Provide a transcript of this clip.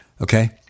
Okay